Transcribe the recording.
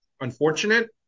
unfortunate